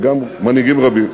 וגם מנהיגים רבים,